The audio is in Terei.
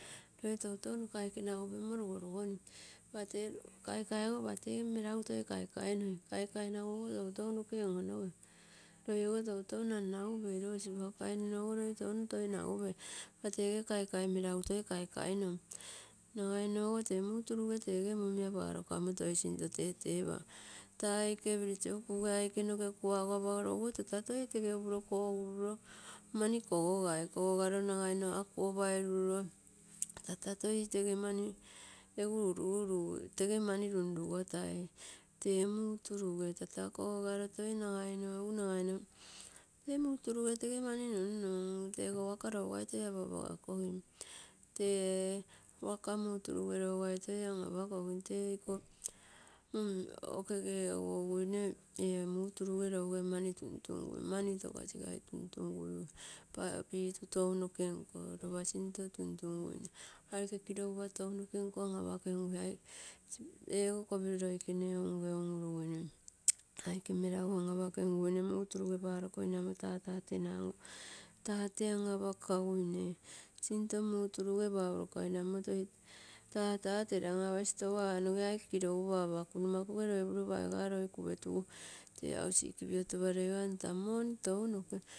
Loi toutou nokaike nagu pimo lugolugo nii, lopate kaikai, kaikai ogo lopate melagu toi kaikai noim. Kaikai nagu ogo toutou noke on-onogem. Loi ogo toutou nannagupei lo sipaka enino ogo loi touno toinagupei, lopa tege kaikai melagu toi kaonom nagaimo ogo tee muturu ge mumia toi palokammo toi sinto tetepam. Taa aike noke village oo kuge aike noke kuago apagorogu ogo tata toitega upuro koguruio mani kogogai, kogogaro nagaimo aku opaiururo tata toi tege mani uru-uru toi mani runrugotai toi tege muu turuge mani munnum tego waka tee lougai toi an-apakagogim. Tee waka nim turuge toi lougou an-apakogimo tee iko okege on-ogoine tee muturuge louge mani tuntungu, mani tokasigai tuntungui, pitu tou noke nko lopa sinto tuntungui aike kilogupa tou noke nko an-apakengui, eego kopiro loi kene unge un-uruguine, aike melagu an-apakenguine muu turuge palo koinnammo tatateranguine. Tate an-apakaguine sinto muu turuge paiokoinammo tata telam apasi petegua noge aike kilogupa apaku nomakuge loipuro paigu loi kupetu tee hausik piotopareiogo amm taa moni tounoke.